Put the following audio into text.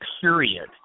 Period